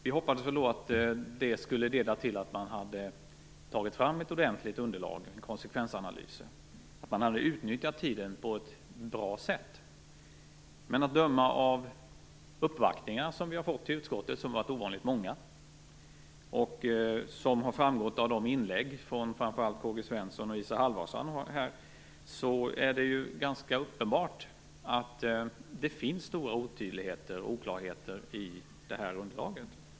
Vi hoppades då att det skulle leda till att man tog fram ett ordentligt underlag och konsekvensanalyser så att man utnyttjade tiden på ett bra sätt. Men att döma av de ovanligt många uppvaktningar som utskottet har fått och att döma av framför allt K-G Svensons och Isa Halvarssons inlägg här är det ganska uppenbart att det finns stora otydligheter och oklarheter i det här underlaget.